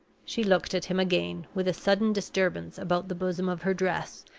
she looked at him again, with a sudden disturbance about the bosom of her dress,